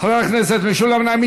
חבר הכנסת משולם נהרי.